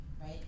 right